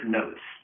notes